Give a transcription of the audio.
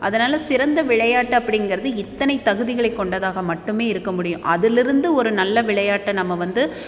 அதனால் சிறந்த விளையாட்டு அப்படிங்கிறது இத்தனை தகுதிகளை கொண்டதாக மட்டுமே இருக்க முடியும் அதுலேருந்து ஒரு நல்ல விளையாட்டை நம்ம வந்து